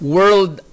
World